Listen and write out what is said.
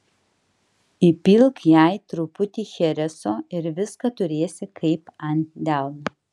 įpilk jai truputį chereso ir viską turėsi kaip ant delno